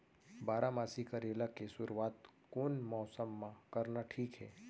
बारामासी करेला के शुरुवात कोन मौसम मा करना ठीक हे?